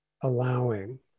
allowing